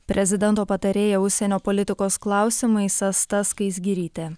prezidento patarėja užsienio politikos klausimais asta skaisgirytė